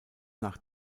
nach